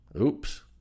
Oops